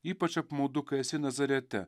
ypač apmaudu kai esi nazarete